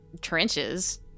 trenches